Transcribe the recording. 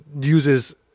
uses